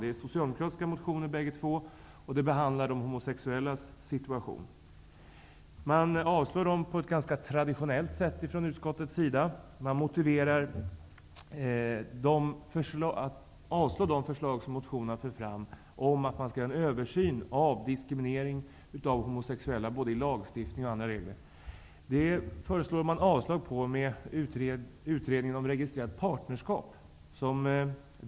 Det är socialdemokratiska motioner bägge två och de behandlar de homosexuellas situation. Motionerna avstyrks på ett ganska traditionellt sett av utskottet. Man avstyrker de förslag som motionerna för fram, om att man skall göra en översyn av diskriminering av homosexuella både i lagstiftfning och i andra regler, genom att hänvisa till utredningen om registrerat partnerskap.